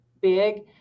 big